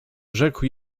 rzekł